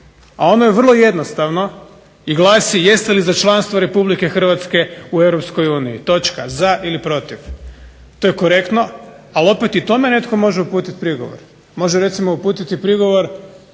a ono je vrlo jednostavno i glasi jeste li za članstvo Republike Hrvatske u Europskoj uniji. Točka. Za ili protiv. To je korektno, ali opet i tome netko može uputiti prigovor. Može recimo uputiti prigovor